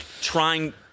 trying